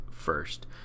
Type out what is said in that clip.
first